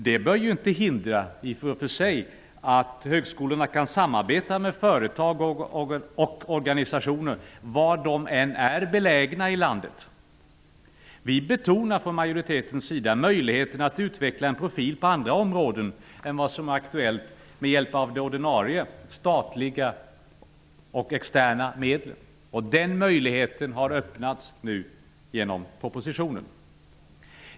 Det bör i och för sig inte hindra att högskolorna kan samarbeta med företag och organisationer var de än är belägna i landet. Från majoritetens sida betonar vi möjligheten att utveckla en profil på andra områden än vad som är aktuellt med hjälp av ordinarie statliga och externa medel. Den möjligheten har nu öppnats genom propositionen.